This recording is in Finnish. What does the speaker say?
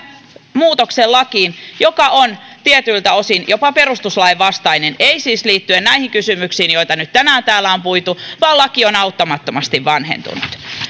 muutoksen lakiin joka on tietyiltä osin jopa perustuslain vastainen ei siis liittyen näihin kysymyksiin joita nyt tänään täällä on puitu vaan laki on auttamattomasti vanhentunut